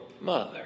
mother